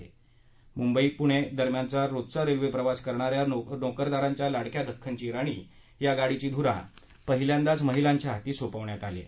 प्णे मुंबई दरम्यान रोजचा रेल्वे प्रवास करणाऱ्या नोकरदारांच्या लाडक्या दख्खनच्या राणीची या गाडीची धुरा पहिल्यांदाच महिलांच्या हाती सोपवण्यात आली आहे